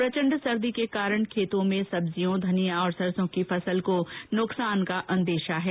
प्रचंड सर्दी के कारण खेतों में सब्जियो धनियां और सरसों की फसल के नुकसान का अंदेशा है